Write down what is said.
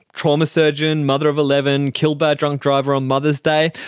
trauma surgeon, mother of eleven, killed by a drunk driver on mother's day?